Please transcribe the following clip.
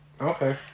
Okay